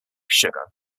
sugar